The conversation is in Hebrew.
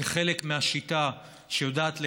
כחלק מהשיטה שיודעת לחלק.